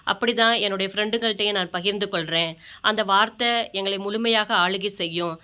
அப்படி தான் என்னுடைய ஃப்ரெண்டுகள்கிட்டையும் நான் பகிர்ந்து கொள்கிறேன் அந்த வார்த்தை எங்களை முழுமையாக ஆளுகை செய்யும்